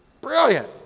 Brilliant